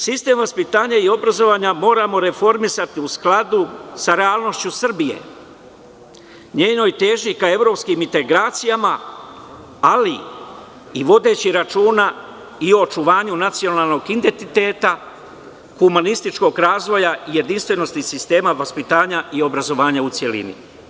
Sistem vaspitanja i obrazovanja moramo reformisati u skladu sa realnošću Srbije, njenoj težnji ka evropskim integracijama, ali i vodeći računa i o očuvanju nacionalnog identiteta, humanističkog razvoja i jedinstvenosti sistema vaspitanja i obrazovanja u celini.